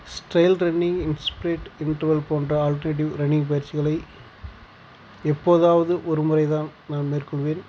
ஸ் trail running sprint intervals போன்ற alternative running பயிற்சிகளை எப்போதாவது ஒரு முறை தான் நான் மேற்கொள்வேன்